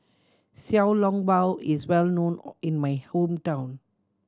Xiao Long Bao is well known in my hometown